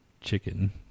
chicken